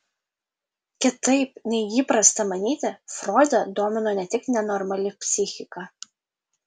kitaip nei įprasta manyti froidą domino ne tik nenormali psichika